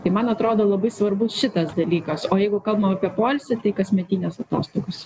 tai man atrodo labai svarbus šitas dalykas o jeigu kalbam apie poilsį tai kasmetinės atostogos